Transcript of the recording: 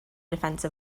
defense